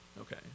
Okay